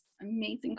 amazing